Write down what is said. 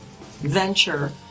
venture